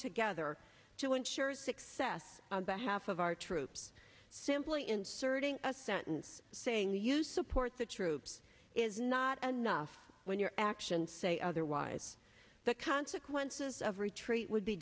together to ensure success but half of our troops simply inserting a sentence saying that you support the troops is not enough when your actions say otherwise the consequences of retreat would be